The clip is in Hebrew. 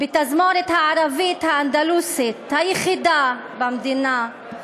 בתזמורת הערבית האנדלוסית, היחידה במדינה,